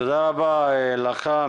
תודה רבה לך,